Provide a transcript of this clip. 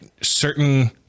certain